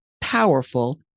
powerful